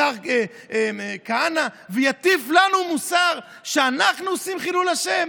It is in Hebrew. השר כהנא, ויטיף לנו מוסר שאנחנו עושים חילול השם?